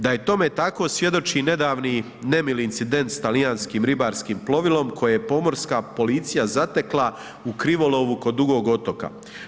Da je to tome tako, svjedoči i nedavni nemili incident sa talijanskim ribarskim plovilom koje je pomorska policija zatekla u krivolovu kod Dugog otoka.